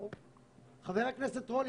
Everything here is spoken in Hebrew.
חבר הכנסת רול,